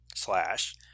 slash